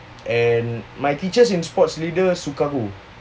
and my teachers in sports leaders suka aku